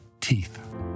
teeth